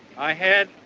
i had